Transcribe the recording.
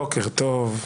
בוקר טוב.